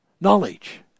knowledge